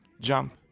Jump